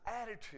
attitude